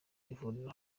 ivuriro